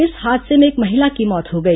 इस हादसे में एक महिला की मौत हो गई